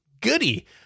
goody